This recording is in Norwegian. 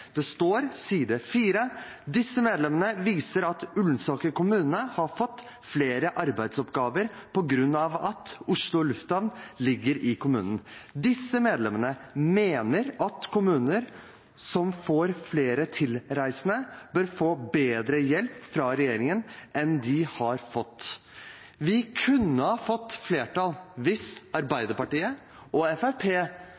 Det står på side 4: «Disse medlemmer viser til at Ullensaker kommune har fått flere arbeidsoppgaver på grunn av at Oslo lufthavn ligger i kommunen. Disse medlemmer mener at kommuner som får flere tilreisende, bør få bedre hjelp fra regjeringen enn de har fått.» Vi kunne ha fått flertall hvis